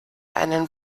einen